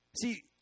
See